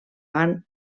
van